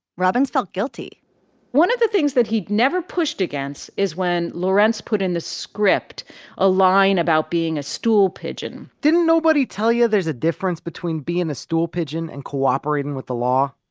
robbins felt guilty one of the things that he'd never pushed against is when lawrence put in the script a line about being a stool pigeon didn't nobody tell you there's a difference between being a stool pigeon and cooperating with the law?